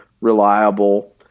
reliable